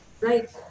right